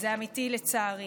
זה אמיתי, לצערי.